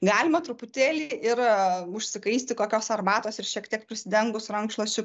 galima truputėlį ir užsikaisti kokios arbatos ir šiek tiek prisidengus rankšluosčiu